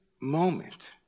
moment